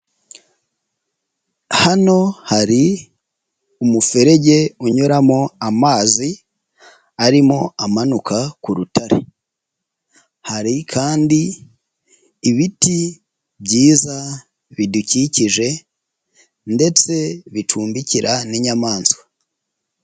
Hano hari umuferege unyuramo amazi arimo amanuka ku rutare, hari kandi ibiti byiza bidukikije ndetse bicumbikira n'inyamaswa.